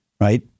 Right